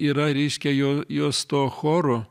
yra reiškia jo jos tuo choru